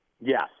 Yes